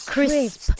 Crisp